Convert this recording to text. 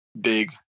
big